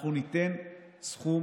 אנחנו ניתן סכום